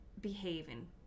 behaving